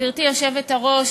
גברתי היושבת-ראש,